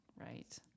Right